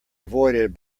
avoided